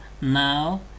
now